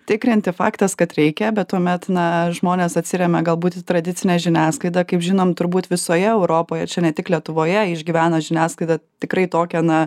tikrinti faktas kad reikia bet tuomet na žmonės atsiremia galbūt į tradicinę žiniasklaidą kaip žinom turbūt visoje europoje čia ne tik lietuvoje išgyvena žiniasklaida tikrai tokią na